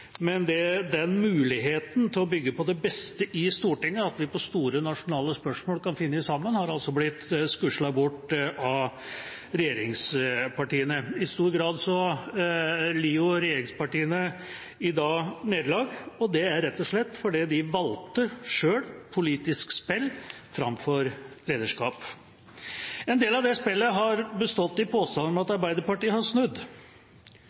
Men muligheten til å bygge på det beste i Stortinget, at vi i store nasjonale spørsmål kan finne sammen, har blitt skuslet bort av regjeringspartiene. I stor grad lider jo regjeringspartiene i dag nederlag, og det er rett og slett fordi de selv valgte politisk spill framfor lederskap. En del av det spillet har bestått i påstander om at Arbeiderpartiet har snudd